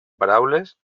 paraules